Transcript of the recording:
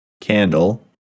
candle